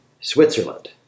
Switzerland